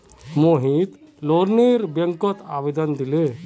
मोहित लोनेर बैंकत आवेदन दिले